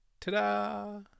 Ta-da